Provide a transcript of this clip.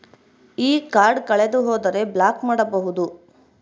ಈ ಕಾರ್ಡ್ ಕಳೆದು ಹೋದರೆ ಬ್ಲಾಕ್ ಮಾಡಬಹುದು?